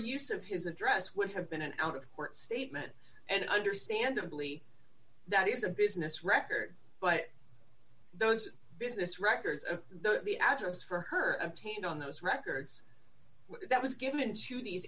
use of his address would have been an out of court statement and understandably that is a business record but those business records though the address for her obtained on those records that was given to these